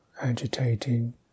agitating